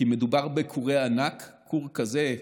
כי מדובר בכורי ענק, כור כזה,